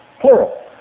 plural